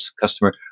customer